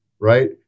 right